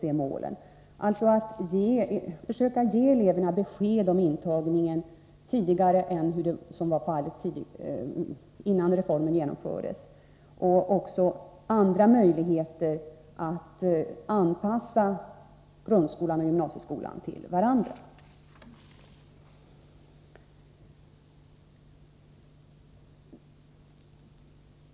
Vi måste alltså försöka ge eleverna besked om intagningen tidigare än som skedde innan reformen genomfördes, och vi måste också få andra möjligheter att anpassa grundskolan och gymnasieskolan till varandra.